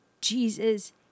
Jesus